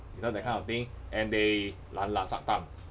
you know that kind of thing and they lan lan suck thumb